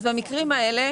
במקרים האלה,